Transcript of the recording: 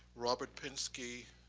robert pinsky,